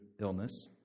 illness